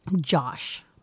Josh